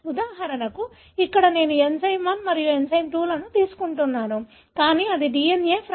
ఉదాహరణకు ఇక్కడ నేను ఎంజైమ్ 1 మరియు ఎంజైమ్ 2 లను తీసుకుంటున్నాను కానీ అదే DNA ఫ్రాగ్మెంట్